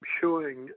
showing